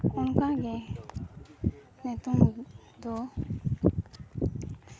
ᱚᱱᱠᱟᱜᱮ ᱱᱤᱛᱚᱜ ᱫᱚ